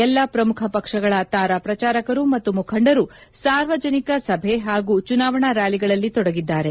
ಎಲ್ಲ ಶ್ರಮುಖ ಪಕ್ಷಗಳ ತಾರಾ ಪ್ರಚಾರಕರು ಮತ್ತು ಮುಖಂಡರು ಸಾರ್ವಜನಿಕ ಸಭೆ ಹಾಗೂ ಚುನವಣಾ ರಾಲಿಗಳಲ್ಲಿ ತೊಡಗಿದ್ದಾರೆ